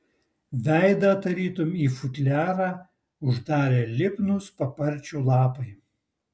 veidą tarytum į futliarą uždarė lipnūs paparčių lapai